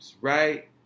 right